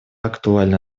актуально